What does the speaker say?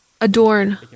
adorn